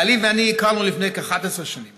בעלי ואני הכרנו לפני כ-11 שנים